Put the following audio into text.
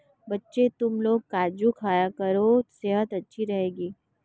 बच्चों, तुमलोग काजू खाया करो सेहत अच्छी रहेगी